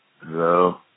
hello